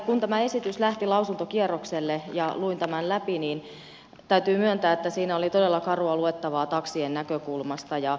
kun tämä esitys lähti lausuntokierrokselle ja luin tämän läpi niin täytyy myöntää että siinä oli todella karua luettavaa taksien näkökulmasta